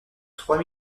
trois